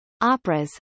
operas